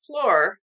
floor